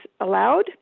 allowed